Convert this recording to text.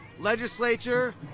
legislature